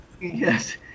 Yes